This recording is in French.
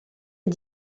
est